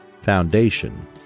foundation